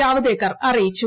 ജാവദേക്കർ അറിയിച്ചു